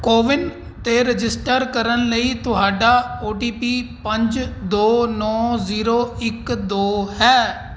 ਕੋਵਿਨ 'ਤੇ ਰਜਿਸਟਰ ਕਰਨ ਲਈ ਤੁਹਾਡਾ ਓ ਟੀ ਪੀ ਪੰਜ ਦੋ ਨੌਂ ਜ਼ੀਰੋ ਇੱਕ ਦੋ ਹੈ